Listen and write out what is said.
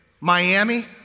Miami